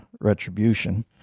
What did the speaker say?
retribution